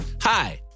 Hi